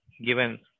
given